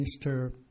Mr